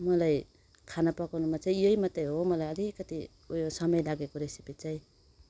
मलाई खाना पकाउनुमा चाहिँ यही मात्रै हो मलाई अलिकति उयो समय लागेको रेसिपी चाहिँ